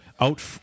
out